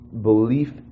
Belief